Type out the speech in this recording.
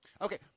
Okay